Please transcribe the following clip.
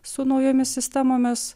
su naujomis sistemomis